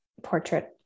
portrait